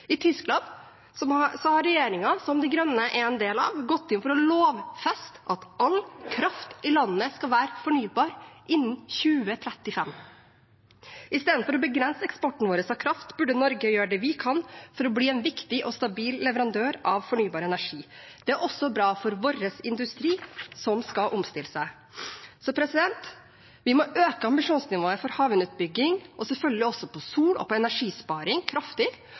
I Tyskland har regjeringen, som De grønne er en del av, gått inn for å lovfeste at all kraft i landet skal være fornybar innen 2035. Istedenfor å begrense eksporten vår av kraft burde Norge gjøre det vi kan for å bli en viktig og stabil leverandør av fornybar energi. Det er også bra for vår industri, som skal omstille seg. Vi må øke ambisjonsnivået for havvindutbygging og selvfølgelig også for sol og energisparing kraftig,